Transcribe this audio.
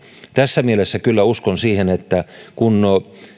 tässä mielessä kyllä uskon siihen että kun